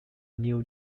new